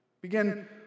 Begin